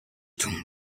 tun